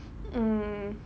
mm